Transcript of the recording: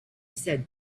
said